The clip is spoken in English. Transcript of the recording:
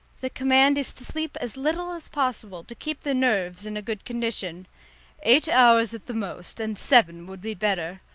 the command is to sleep as little as possible to keep the nerves in a good condition eight hours at the most, and seven would be better.